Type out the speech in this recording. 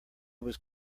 was